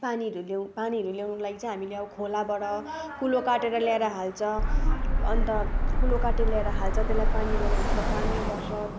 पानीहरू ल्याउ पानीहरू ल्याउनुको लागि चाहिँ हामीले अब खोलाबाट कुलो काटेर ल्याएर हाल्छ अन्त कुलो काटेर ल्याएर हाल्छ त्यसलाई पानी बनाउँछ पानी गर्छ